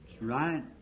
Right